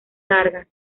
largas